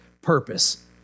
purpose